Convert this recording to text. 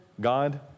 God